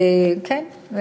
כן.